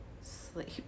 sleep